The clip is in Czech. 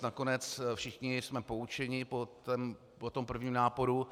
Nakonec všichni jsme poučeni po tom prvním náporu.